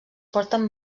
porten